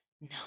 No